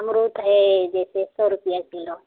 अमरुद है जैसे सौ रुपए किलो